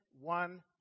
one